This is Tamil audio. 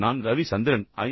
நான் ரவி சந்திரன் ஐ